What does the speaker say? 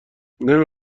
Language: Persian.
نمی